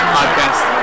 Podcast